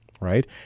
Right